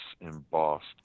embossed